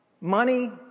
Money